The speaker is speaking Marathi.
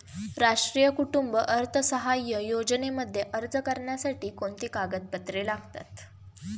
राष्ट्रीय कुटुंब अर्थसहाय्य योजनेमध्ये अर्ज करण्यासाठी कोणती कागदपत्रे लागतात?